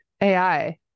AI